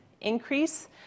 increase